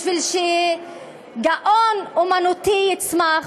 בשביל שגאון אמנותי יצמח,